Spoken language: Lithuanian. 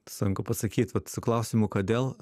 sunku pasakyt vat su klausimu kodėl